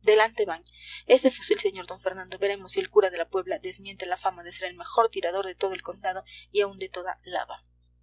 delante van ese fusil sr d fernando veremos si el cura de la puebla desmiente la fama de ser el mejor tirador de todo el condado y aun de toda álava